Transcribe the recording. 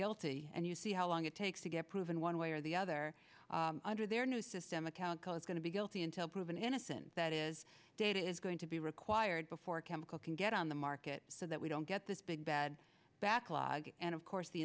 guilty and you see how long it takes to get proven one way or the other under their new system account is going to be guilty until proven innocent that is data is going to be required before a chemical can get on the market so that we don't get this big bad backlog and of course the